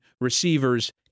receivers